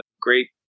great